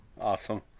Awesome